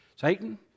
Satan